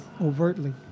overtly